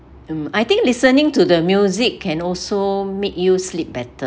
mm I think listening to the music can also make you sleep better